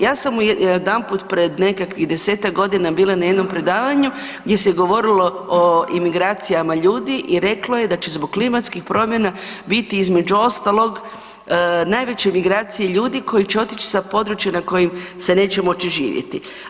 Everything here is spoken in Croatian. Ja sam jedanput pred nekakvih 10-tak godina bila na jednom predavanju gdje se govorilo o imigracijama ljudi i reklo je da će zbog klimatskih promjena, biti, između ostalog najveće migracije ljudi koji će otići sa područja na kojim se neće moći živjeti.